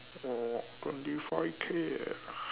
oh twenty five K ah